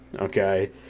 Okay